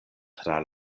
tra